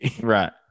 right